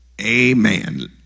Amen